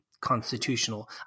constitutional